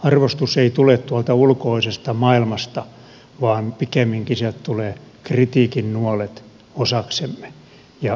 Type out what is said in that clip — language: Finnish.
arvostus ei tule tuolta ulkoisesta maailmasta vaan pikemminkin sieltä tulevat kritiikin nuolet osaksemme